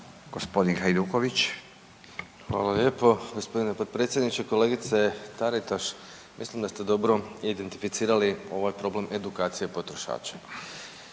Domagoj (Nezavisni)** Hvala lijepo gospodine potpredsjedniče. Kolegice Taritaš, mislim da ste dobro identificirali ovaj problem edukcije potrošača.